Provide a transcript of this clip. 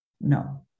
No